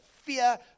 fear